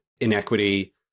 inequity